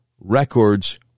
records